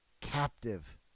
captive